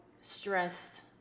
stressed